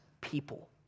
people